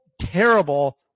terrible